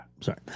sorry